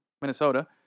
Minnesota